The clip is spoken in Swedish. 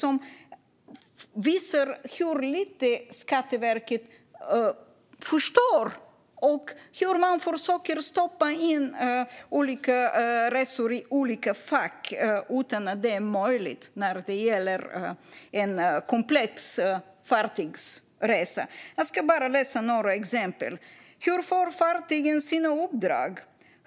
Det visar hur lite Skatteverket förstår och hur man försöker stoppa in olika resor i olika fack utan att det är möjligt när det gäller en komplex fartygsresa. Några exempel är: Hur får fartygen sina uppdrag?